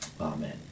Amen